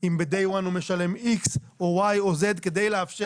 אם ב-day 1 הוא משלם X או Y אוZ כדי לאפשר